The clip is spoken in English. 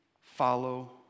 follow